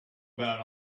about